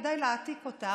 כדאי להעתיק אותה.